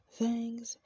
thanks